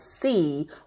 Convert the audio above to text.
see